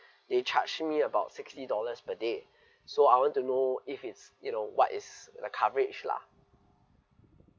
they charge me about sixty dollars per day so I want to know if it's you know what is the coverage lah